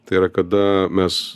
tai yra kada mes